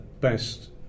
best